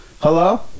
Hello